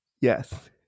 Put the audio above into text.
Yes